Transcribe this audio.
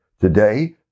today